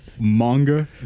manga